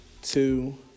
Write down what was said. Two